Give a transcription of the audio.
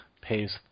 pays